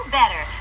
better